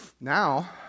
Now